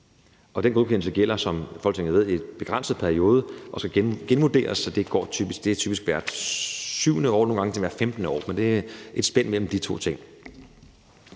Og den godkendelse gælder, som Folketinget ved, i en begrænset periode, og så genvurderes det; det vil typisk være hvert 7. år, nogle gange hvert 15. år, men det er et spænd mellem de to ting.